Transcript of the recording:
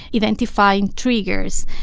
identifying triggers,